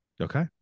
Okay